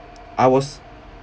I was